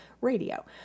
radio